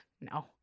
No